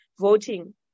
voting